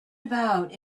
about